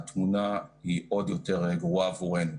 התמונה היא עוד יותר גרועה עבורנו.